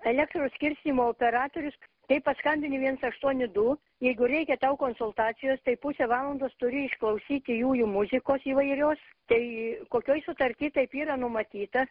elektros skirstymo operatorius kai paskambini viens aštuoni du jeigu reikia tau konsultacijos tai pusę valandos turi išklausyti jųjų muzikos įvairios tai kokioj sutarty taip yra numatyta